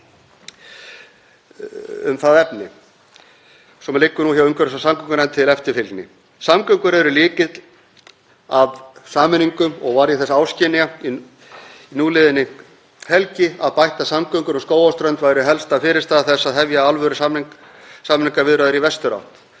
um það efni sem liggur nú hjá umhverfis- og samgöngunefnd til eftirfylgni. Samgöngur eru lykill að sameiningum og varð ég þess áskynja um núliðna helgi að bættar samgöngur um Skógarströnd væru helsta fyrirstaða þess að hefja alvörusamningaviðræður í vesturátt.